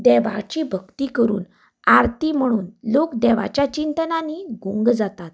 देवाची भक्ती करून आरती म्हणून लोक देवाच्या चिंतनानी गूंग जातात